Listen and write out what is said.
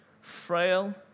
frail